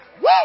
Woo